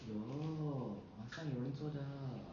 有晚上有人做的